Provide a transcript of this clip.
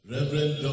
Reverend